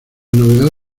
novedad